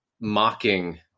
mocking